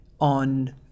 on